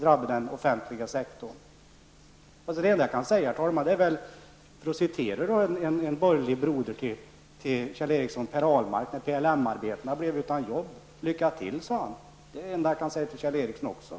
Jag får väl säga som en partibroder till Kjell Ericsson, Per Ahlmark, sade när PLM-arbetarna blev utan jobb. Lycka till, sade han. Det är det enda jag kan säga till Kjell Ericsson.